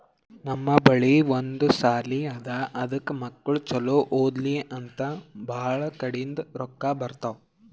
ನಮ್ ಬಲ್ಲಿ ಒಂದ್ ಸಾಲಿ ಅದಾ ಅದಕ್ ಮಕ್ಕುಳ್ ಛಲೋ ಓದ್ಲಿ ಅಂತ್ ಭಾಳ ಕಡಿಂದ್ ರೊಕ್ಕಾ ಬರ್ತಾವ್